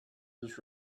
was